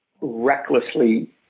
recklessly